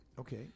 okay